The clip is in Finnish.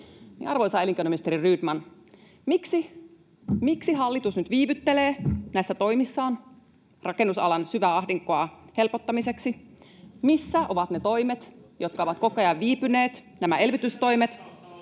Arvoisa elinkeinoministeri Rydman, miksi hallitus nyt viivyttelee näissä toimissaan rakennusalan syvän ahdingon helpottamiseksi? Missä ovat ne elvytystoimet, jotka ovat koko ajan viipyneet? Näitä toimia